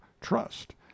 trust